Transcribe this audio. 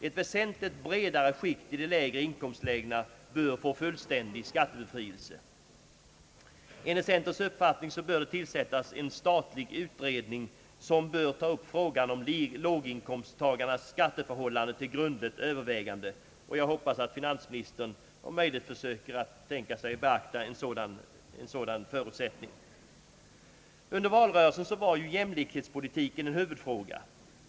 Ett väsentligt bredare skikt i de lägre inkomstlägena bör få fullständig skattebefrielse. Enligt centerns uppfattning bör det tillsättas en statlig utredning, som bör ta upp frågan om låginkomsttagarnas skatteförhållanden till grundligt övervägande. Jag hoppas att finansministern om möjligt försöker beakta denna sak. Under valrörelsen var jämlikhetspolitiken en huvudfråga.